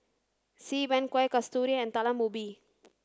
Xi Ban Kueh Kasturi and Talam Ubi